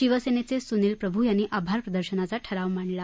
शिवसेनेचे सुनील प्रभू यांनी आभार प्रदर्शनाचा ठराव मांडला